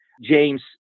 James